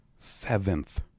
seventh